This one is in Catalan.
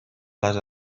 les